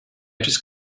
just